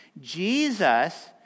Jesus